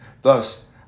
Thus